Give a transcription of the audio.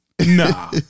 Nah